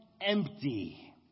empty